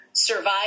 survive